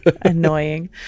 annoying